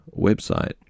website